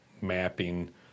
mapping